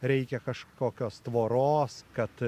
reikia kažkokios tvoros kad